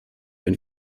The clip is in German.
wenn